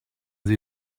sie